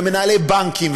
ומנהלי בנקים,